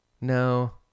No